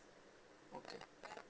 okay